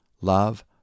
love